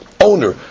owner